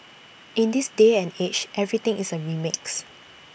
in this day and age everything is A remix